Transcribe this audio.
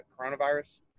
coronavirus